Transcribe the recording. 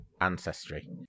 ancestry